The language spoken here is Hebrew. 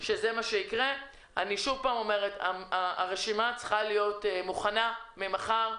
שוב, הרשימה צריכה להיות מוכנה ממחר.